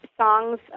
songs